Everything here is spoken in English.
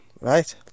right